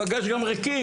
אבל יש גם ריקים,